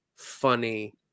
funny